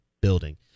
building